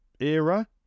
era